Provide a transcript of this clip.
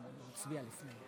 (קורא בשם חבר הכנסת)